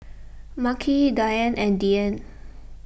Makhi Diann and Deane